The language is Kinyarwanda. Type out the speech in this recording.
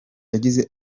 yagize